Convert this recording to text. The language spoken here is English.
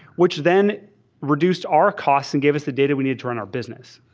which then reduced our cost and give us the data we need to run our business.